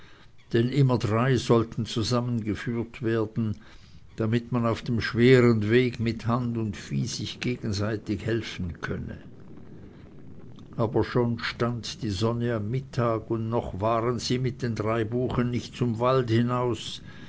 denn immer drei sollten zusammen geführt werden damit man auf dem schweren weg mit hand und vieh sich gegenseitig helfen könne aber schon stund die sonne im mittag und noch waren sie mit den drei buchen nicht zum walde hinaus